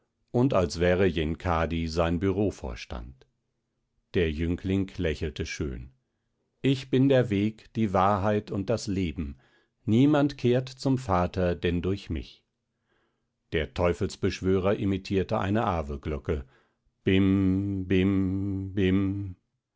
und als wäre yenkadi sein bürovorstand der jüngling lächelte schön ich bin der weg die wahrheit und das leben niemand kehrt zum vater denn durch mich der teufelsbeschwörer imitierte eine aveglocke bim bim bim